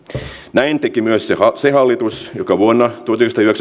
näin teki myös se se hallitus joka vuonna